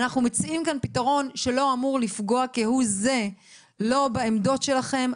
אנחנו מציעים כאן פתרון שלא אמור לפגוע כהוא זה לא בעמדות שלכם,